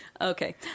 Okay